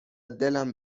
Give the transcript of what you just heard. دلم